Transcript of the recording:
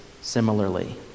similarly